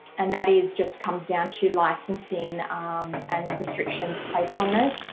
and that is just comes down to licensing and restrictions placed on those.